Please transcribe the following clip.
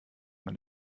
man